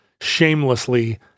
shamelessly